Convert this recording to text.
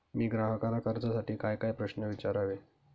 मी ग्राहकाला कर्जासाठी कायकाय प्रश्न विचारावे?